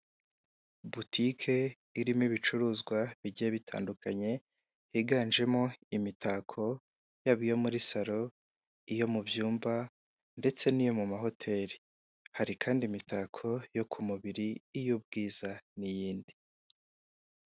Butike irimo ibicuruzwa bigiye bitandukanye, higanjemo imitako, yabo iyo muri salo, iyo mu byumba ndetse n'iyo mu mahoteli, hari kandi imitako yo ku mubiri, iy'ubwiza n'iyindi.